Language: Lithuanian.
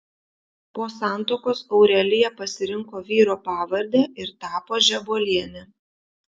po santuokos aurelija pasirinko vyro pavardę ir tapo žebuoliene